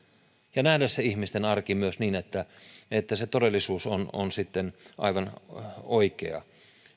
ja pitää nähdä se ihmisten arki myös niin että että se todellisuus on on aivan oikea